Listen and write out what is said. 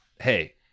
hey